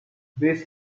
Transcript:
this